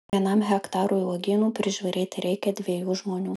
vienam hektarui uogynų prižiūrėti reikia dviejų žmonių